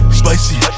spicy